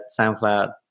SoundCloud